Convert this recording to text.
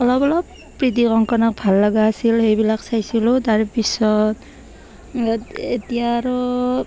অলপ অলপ প্ৰীতিকংকণাক ভাল লগা আছিল সেইবিলাক চাইছিলোঁ তাৰপিছত এ এতিয়া আৰু